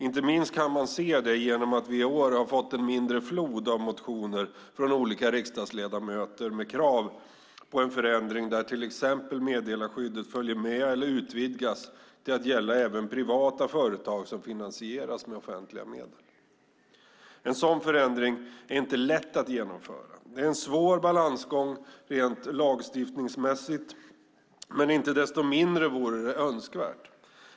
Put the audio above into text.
Inte minst kan man se detta genom att vi i år har fått en mindre flod av motioner från olika riksdagsledamöter med krav på en förändring där till exempel meddelarskyddet följer med eller utvidgas till att gälla även privata företag som finansieras med offentliga medel. En sådan förändring är inte lätt att genomföra. Det är en svår balansgång rent lagstiftningsmässigt, men inte desto mindre vore det önskvärt.